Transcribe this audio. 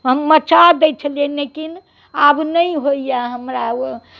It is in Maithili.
हम मचा दैत छलियै लेकिन आब नहि होइए हमरा ओ